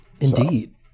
Indeed